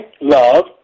love